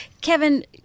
Kevin